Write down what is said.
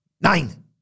nine